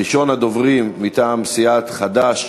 ראשון הדוברים מטעם סיעת חד"ש,